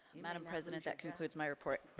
madame president, that concludes my report.